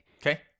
Okay